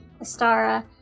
Astara